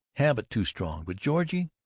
habit too strong. but georgie,